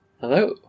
Hello